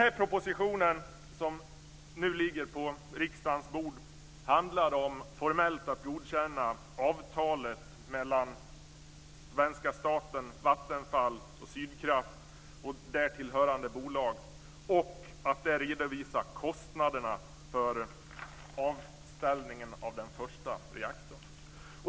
Den proposition som nu ligger på riksdagens bord handlar formellt om att godkänna avtalet mellan svenska staten, Vattenfall och Sydkraft och därtill hörande bolag och att där redovisa kostnaderna för avställningen av den första reaktorn.